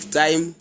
time